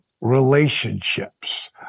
relationships